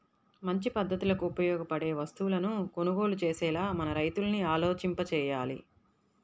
మంచి పద్ధతులకు ఉపయోగపడే వస్తువులను కొనుగోలు చేసేలా మన రైతుల్ని ఆలోచింపచెయ్యాలి